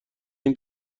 این